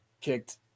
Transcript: kicked